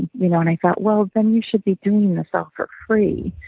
you know and i thought, well, then you should be doing this all for free,